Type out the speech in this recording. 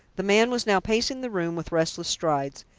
the man was now pacing the room with restless strides,